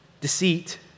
deceit